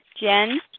Jen